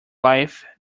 life